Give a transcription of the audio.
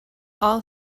all